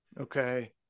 okay